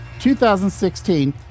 2016